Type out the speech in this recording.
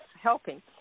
helping